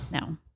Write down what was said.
No